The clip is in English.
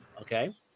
Okay